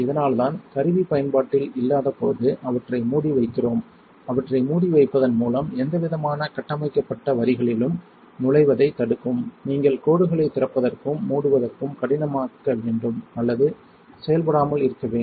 இதனால்தான் கருவி பயன்பாட்டில் இல்லாதபோது அவற்றை மூடி வைக்கிறோம் அவற்றை மூடி வைப்பதன் மூலம் எந்த விதமான கட்டமைக்கப்பட்ட வரிகளிலும் நுழைவதைத் தடுக்கும் நீங்கள் கோடுகளைத் திறப்பதற்கும் மூடுவதற்கும் கடினமாக்க வேண்டும் அல்லது செயல்படாமல் இருக்க வேண்டும்